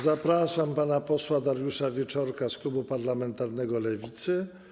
Zapraszam pana posła Dariusza Wieczorka z klubu parlamentarnego Lewica.